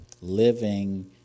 living